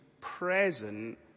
present